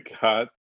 got